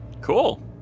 Cool